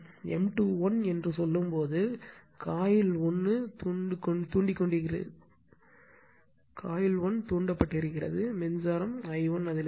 M 2 1 என்று சொல்லும்போது coil 1 தூண்ட பட்டிருக்கிறது மின்சாரம் i 1